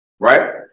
right